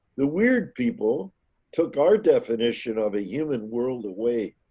the weird people took our definition of a human world away.